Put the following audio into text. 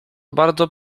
bardzo